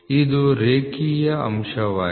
ಇದು ರೇಖೀಯ ಅಂಶವಾಗಿದೆ